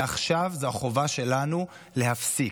ועכשיו זו החובה שלנו להפסיק.